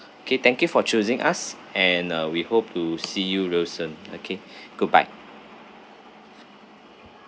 okay thank you for choosing us and uh we hope to see you real soon okay goodbye